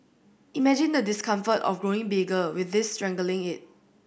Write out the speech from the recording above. imagine the discomfort of growing bigger with this strangling it